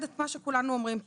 שכולנו אומרים פה.